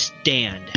stand